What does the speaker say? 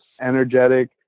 energetic